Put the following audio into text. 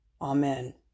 Amen